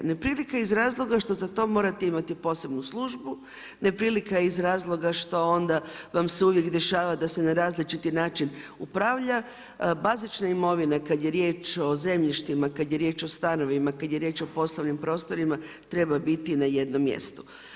Neprilika iz razloga što za to morate imati posebnu službu, neprilika iz razloga što onda vam se uvijek dešava da se na različiti način upravlja, bazična imovina kad je riječ o zemljištima, kad je riječ o stanovima, kad je riječ o poslovnim prostorima treba biti na jednom mjestu.